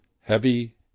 heavy